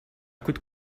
could